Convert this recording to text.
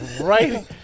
right